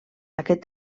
aquest